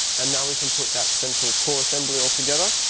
and now we can put that central core assembly all together.